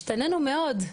השתנינו מאוד.